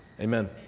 Amen